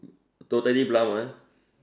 totally brown ah